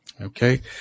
Okay